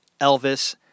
Elvis